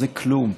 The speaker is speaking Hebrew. זה כלום.